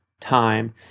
time